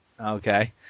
Okay